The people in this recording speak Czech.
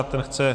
Ten chce...